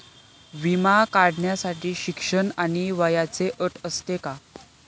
विमा काढण्यासाठी शिक्षण आणि वयाची अट असते का?